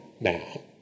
now